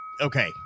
Okay